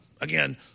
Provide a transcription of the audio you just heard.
again